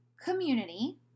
community